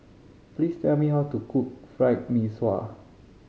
please tell me how to cook Fried Mee Sua